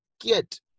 get